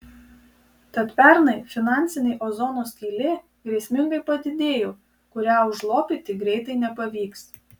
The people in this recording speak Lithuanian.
tad pernai finansinė ozono skylė grėsmingai padidėjo kurią užlopyti greitai nepavyks